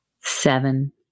seven